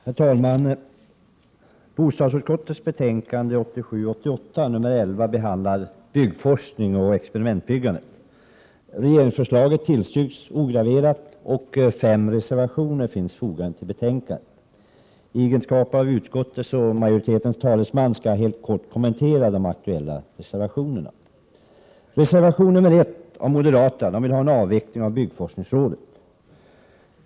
Herr talman! I bostadsutskottets betänkande 1987/88:11 behandlas byggforskning och experimentbyggande. Regeringsförslaget tillstyrks ograverat, och fem reservationer finns fogade till betänkandet. I egenskap av utskottets och majoritetens talesman skall jag helt kort kommentera de aktuella reservationerna. I reservation 1 av moderaterna vill man ha en avveckling av byggforskningsrådet.